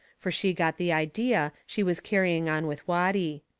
fur she got the idea she was carrying on with watty.